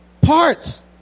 parts